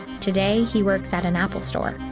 today, he works at an apple store.